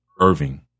Irving